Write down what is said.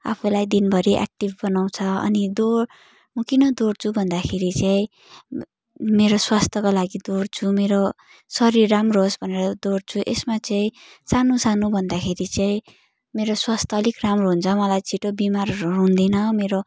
आफैलाई दिनभरि एक्टिभ बनाउँछ अनि दोर् म किन दौड्छु भन्दाखेरि चाहिँ मेरो स्वास्थ्यको लागि दौड्छु मेरो शरीर राम्रो होस् भनेर दौड्छु यसमा चाहिँ सानो सानो भन्दाखेरि चाहिँ मेरो स्वास्थ्य अलिक राम्रो हुन्छ मलाई छिटो बिमारहरू हुँदैन मेरो